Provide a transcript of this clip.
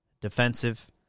defensive